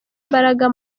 imbaraga